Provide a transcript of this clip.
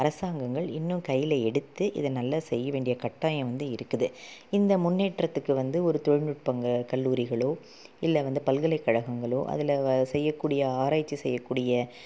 அரசாங்கங்கள் இன்னும் கையில் எடுத்து இதை நல்லா செய்ய வேண்டிய கட்டாயம் வந்து இருக்குது இந்த முன்னேற்றத்துக்கு வந்து ஒரு தொழில்நுட்பங்க கல்லூரிகளோ இல்லை வந்து பல்கலைக்கழங்கங்களோ அதில் செய்யக்கூடிய ஆராய்ச்சி செய்யக்கூடிய